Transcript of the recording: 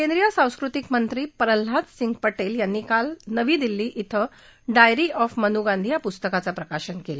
केंद्रीय सांस्कृतिक मंत्री प्रल्हाद सिंग पटेल यांनी काळ नवी दिल्ली इथं डायरी ऑफ मनू गांधी या पुस्तकाचा प्रकाशन केला